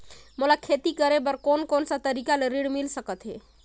मोला खेती करे बर कोन कोन सा तरीका ले ऋण मिल सकथे?